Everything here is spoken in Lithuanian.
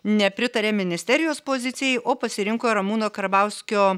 nepritarė ministerijos pozicijai o pasirinko ramūno karbauskio